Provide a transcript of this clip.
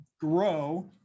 grow